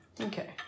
Okay